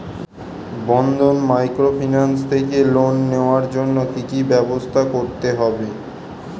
বন্ধন microfinance থেকে loan নেওয়ার জন্য কি কি ব্যবস্থা করতে হবে?